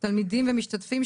תלמידים ומשתתפים,